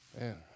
man